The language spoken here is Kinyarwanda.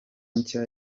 nshya